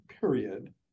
period